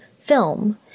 film